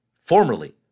formerly